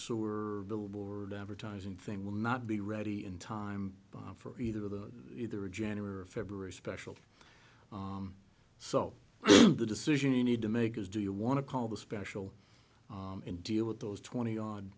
sewer billboard advertising thing will not be ready in time for either of those either in january or february special so the decision you need to make is do you want to call this special and deal with those twenty odd